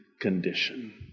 condition